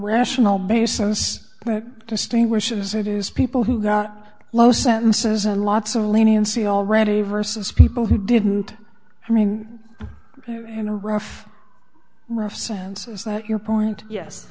rational basis distinguishes it is people who got low sentences and lots of leniency already versus people who didn't i mean you know rough rough sense is that your point yes